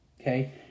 okay